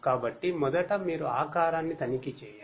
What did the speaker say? కాబట్టి మొదట మీరు ఆకారాన్ని తనిఖీ చేయండి